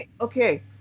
Okay